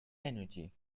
energy